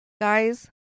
guys